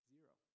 Zero